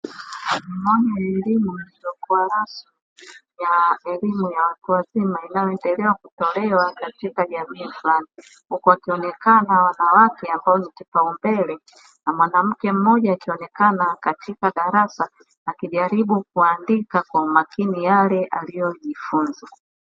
Moja ya elimu isiyokuwa rasmi ya elimu ya watu wazima inayoendelea kutolewa katika jamii fulani. Huku wakionekana wanawake ambao ni kipaumbele na mwanamke mmoja akionekana katika darasa akijaribu kuandika kwa umakini yale aliyojifunza.